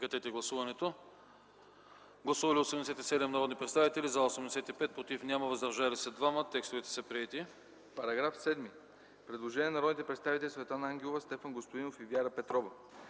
По § 10 има предложение на народните представители Светлана Ангелова, Стефан Господинов и Вяра Петрова.